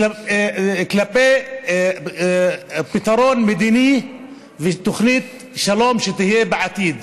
של פתרון מדיני ותוכנית שלום שתהיה בעתיד,